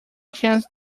chance